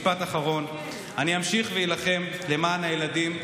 משפט אחרון: אני אמשיך ואילחם למען הילדים,